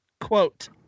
quote